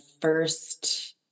first